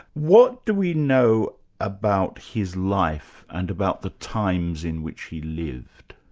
what do we know about his life and about the times in which he lived?